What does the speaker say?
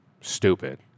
stupid